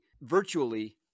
virtually